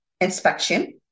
inspection